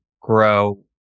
grow